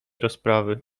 rozprawy